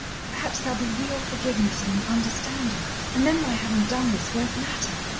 perhaps there'll be real forgiveness and understanding and then my having done this won't matter.